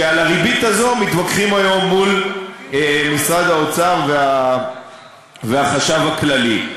ועל הריבית הזאת מתווכחים היום מול משרד האוצר והחשב הכללי.